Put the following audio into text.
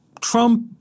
Trump